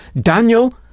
Daniel